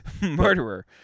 murderer